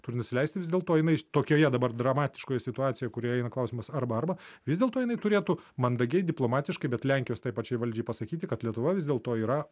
turi nusileisti vis dėlto jinai tokioje dabar dramatiškoje situacijoje kurioje eina klausimas arba arba vis dėlto jinai turėtų mandagiai diplomatiškai bet lenkijos tai pačiai valdžiai pasakyti kad lietuva vis dėlto yra